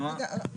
נעה.